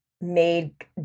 made